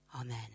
Amen